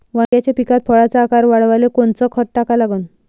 वांग्याच्या पिकात फळाचा आकार वाढवाले कोनचं खत टाका लागन?